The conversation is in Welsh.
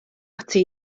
ati